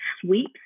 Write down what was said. sweeps